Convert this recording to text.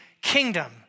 kingdom